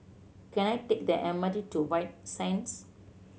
can I take the M R T to White Sands